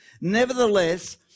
Nevertheless